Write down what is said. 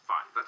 Fine